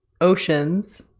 oceans